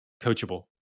coachable